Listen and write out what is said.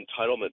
entitlement